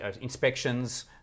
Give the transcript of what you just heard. inspections